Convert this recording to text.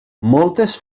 moltes